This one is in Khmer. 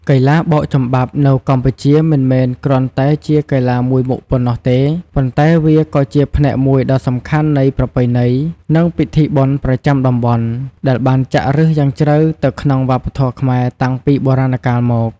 កីឡាបោកចំបាប់នៅកម្ពុជាមិនមែនគ្រាន់តែជាកីឡាមួយមុខប៉ុណ្ណោះទេ ប៉ុន្តែវាក៏ជាផ្នែកមួយដ៏សំខាន់នៃ ប្រពៃណី និងពិធីបុណ្យប្រចាំតំបន់ ដែលបានចាក់ឫសយ៉ាងជ្រៅទៅក្នុងវប្បធម៌ខ្មែរតាំងពីបុរាណកាលមក។